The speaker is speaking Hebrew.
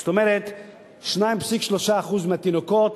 זאת אומרת, 2.3% מהתינוקות